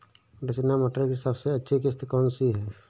रचना मटर की सबसे अच्छी किश्त कौन सी है?